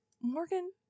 Morgan